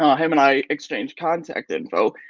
him and i exchanged contact info.